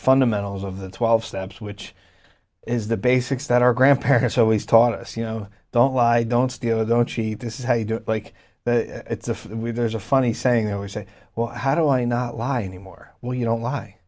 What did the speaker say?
fundamentals of the twelve steps which is the basics that our grandparents always taught us you know don't lie don't steal don't cheat this is how you do it like it's a there's a funny saying they always say well how do i not lie anymore well you don't lie